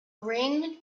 ring